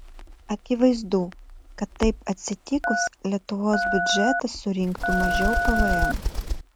akivaizdu kad taip atsitikus lietuvos biudžetas surinktų mažiau pvm